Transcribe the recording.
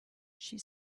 she